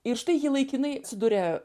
ir štai ji laikinai atsidūria